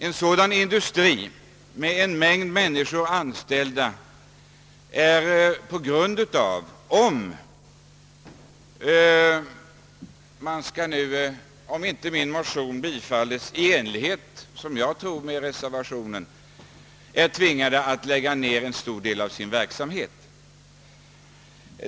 En sådan industri, med en mängd människor anställda, tvingas om inte min motion bifalles — som jag tror i enlighet med reservationen — att lägga ned en stor del av sin verksamhet.